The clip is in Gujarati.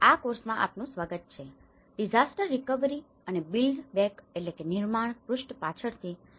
આ કોર્સમાં આપનું સ્વાગત છે ડિઝાસ્ટર રીકવરી અને બીલ્ડbuild નિર્માણ બેક back પૃષ્ઠ પાછળથી બેટરbatter વધુ સારું